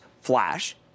Flash